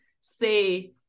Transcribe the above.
say